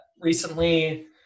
recently